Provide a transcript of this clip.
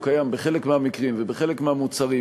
הוא קיים בחלק מהמקרים ובחלק מהמוצרים,